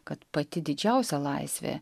kad pati didžiausia laisvė